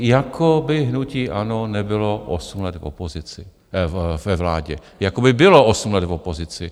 Jako by hnutí ANO nebylo osm let v opozici, ve vládě, jako by bylo osm let v opozici!